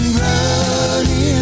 running